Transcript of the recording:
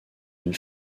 une